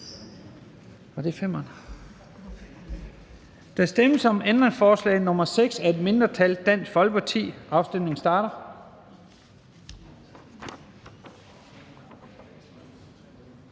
Der stemmes om ændringsforslag nr. 30 af et mindretal (DF), og afstemningen starter.